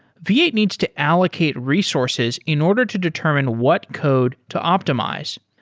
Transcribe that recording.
v eight needs to allocate resources in order to determine what code to optimize.